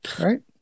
right